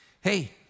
hey